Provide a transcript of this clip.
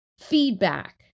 feedback